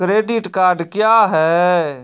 Credit card क्या हैं?